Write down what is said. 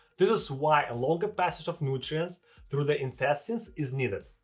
this is why a longer passage of nutrients through the intestines is needed.